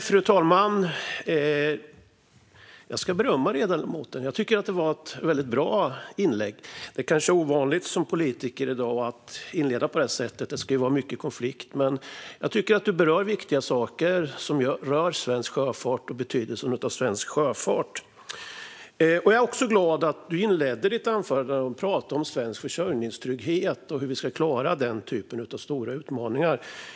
Fru talman! Jag ska berömma ledamoten: Jag tycker att det var ett väldigt bra inlägg. Det kanske är ovanligt som politiker i dag att inleda på det sättet; det ska ju vara mycket konflikt. Men jag tycker att ledamoten berör viktiga saker som rör svensk sjöfart och betydelsen av svensk sjöfart. Jag är också glad över att ledamoten inledde anförandet med att prata om svensk försörjningstrygghet och hur vi ska klara den typen av stora utmaningar.